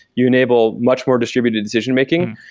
you enable much more distributed decision-making.